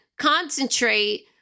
concentrate